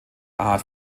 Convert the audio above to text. art